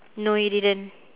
no you didn't